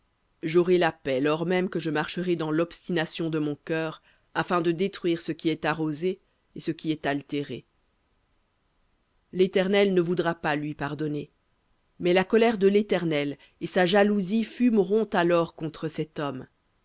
j'aurai la paix lors même que je marcherai dans l'obstination de mon cœur afin de détruire ce qui est arrosé et ce qui est altéré léternel ne voudra pas lui pardonner mais la colère de l'éternel et sa jalousie fumeront alors contre cet homme